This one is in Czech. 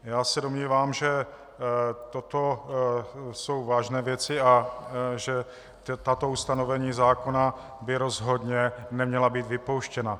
Já se domnívám, že toto jsou vážné věci a že tato ustanovení zákona by rozhodně neměla být vypouštěna.